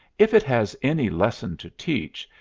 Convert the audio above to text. if it has any lesson to teach,